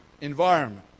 environment